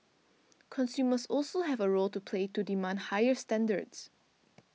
consumers also have a role to play to demand higher standards